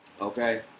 Okay